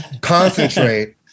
concentrate